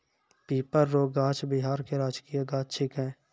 पीपर रो गाछ बिहार के राजकीय गाछ छिकै